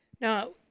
no